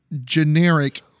generic